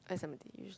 ice-lemon-tea usually